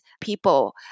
people